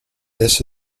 this